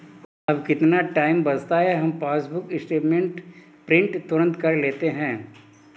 अब कितना टाइम बचता है, हम पासबुक स्टेटमेंट प्रिंट तुरंत कर लेते हैं